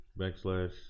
backslash